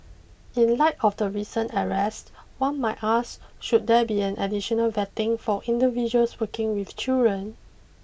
in light of the recent arrest one might ask should there be an additional vetting for individuals working with children